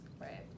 right